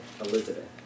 Elizabeth